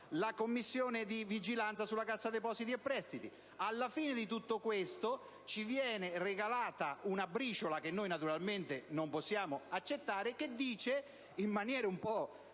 della Commissione di vigilanza sulla Cassa depositi e prestiti. Alla fine di tutto questo ci viene regalata una briciola, che naturalmente non possiamo accettare, che stabilisce in maniera un po'